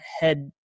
head